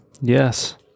Yes